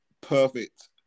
perfect